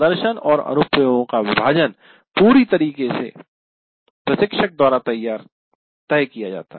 प्रदर्शन और अनुप्रयोगों का विभाजन पूरी तरह से प्रशिक्षक द्वारा तय किया जाता है